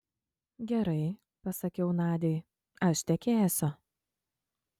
gerai pasakiau nadiai aš tekėsiu